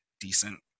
decent